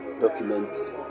documents